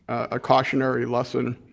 a cautionary lesson,